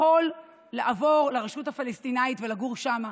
יכול לעבור לרשות הפלסטינית ולגור שם,